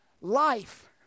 Life